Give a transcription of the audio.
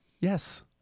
Yes